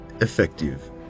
effective